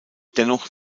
dennoch